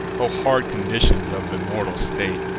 o hard conditions of immortal state,